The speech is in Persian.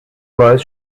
باعث